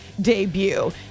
debut